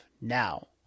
Now